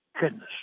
goodness